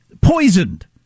poisoned